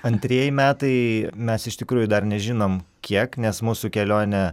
antrieji metai mes iš tikrųjų dar nežinom kiek nes mūsų kelionė